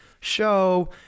show